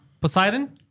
Poseidon